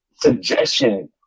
Suggestion